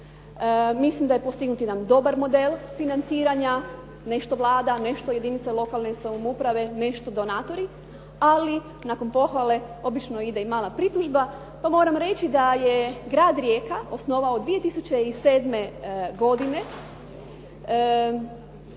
Mislim da je postignut jedan dobar model financiranja, nešto Vlada, nešto jedinice lokalne samouprave, nešto donatori, ali nakon pohvale obično ide i mala pritužba. Pa moram reći da je grad Rijeka osnovao 2007. godine